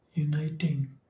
Uniting